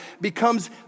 becomes